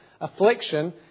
affliction